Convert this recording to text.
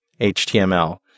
HTML